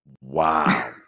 Wow